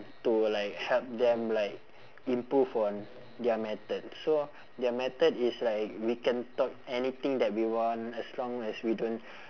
to like help them like improve on their method so their method is like we can talk anything that we want as long as we don't